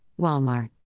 Walmart